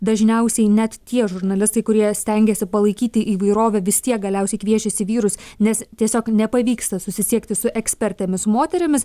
dažniausiai net tie žurnalistai kurie stengiasi palaikyti įvairovę vis tiek galiausiai kviečiasi vyrus nes tiesiog nepavyksta susisiekti su ekspertėmis moterimis